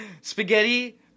Spaghetti